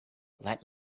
let